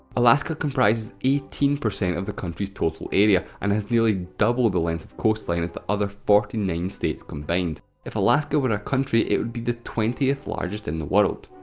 alaska comprises eighteen percent of the country's total area, and has nearly double the length of coastline as the other forty nine states combined. if alaska were a country, it would be the twentieth largest in the world.